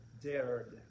dared